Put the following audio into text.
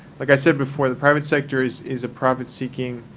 like i said before, the private sector is is a profit-seeking